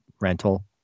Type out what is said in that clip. rental